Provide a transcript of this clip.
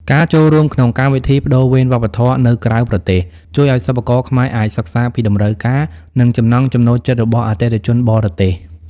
ការចូលរួមក្នុងកម្មវិធីប្តូរវេនវប្បធម៌នៅក្រៅប្រទេស ជួយឱ្យសិប្បករខ្មែរអាចសិក្សាពីតម្រូវការ និងចំណង់ចំណូលចិត្តរបស់អតិថិជនបរទេស។